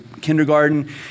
Kindergarten